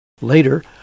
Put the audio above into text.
Later